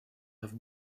have